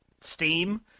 steam